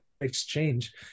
exchange